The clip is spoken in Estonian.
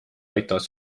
aitavad